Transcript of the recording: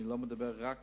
אני לא מדבר רק